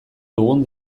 dugun